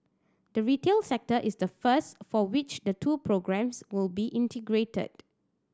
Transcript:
the retail sector is the first for which the two programmes will be integrated